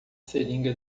seringa